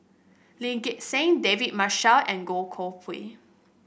Lee Gek Seng David Marshall and Goh Koh Pui